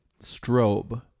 strobe